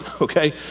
okay